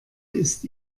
ist